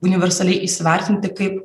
universaliai įsivertinti kaip